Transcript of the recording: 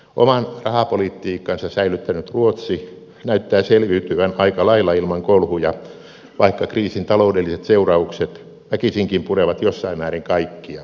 oman rahapolitiikkansa säilyttänyt ruotsi näyttää selviytyvän aika lailla ilman kolhuja vaikka kriisin taloudelliset seuraukset väkisinkin purevat jossain määrin kaikkia